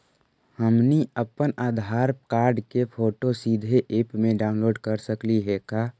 हमनी अप्पन आधार कार्ड के फोटो सीधे ऐप में अपलोड कर सकली हे का?